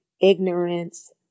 ignorance